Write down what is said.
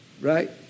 right